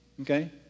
okay